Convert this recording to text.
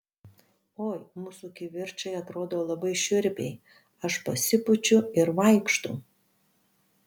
oi mūsų kivirčai atrodo labai šiurpiai aš pasipučiu ir vaikštau